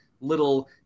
little